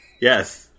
Yes